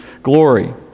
glory